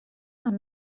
amb